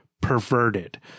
perverted